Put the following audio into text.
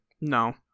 No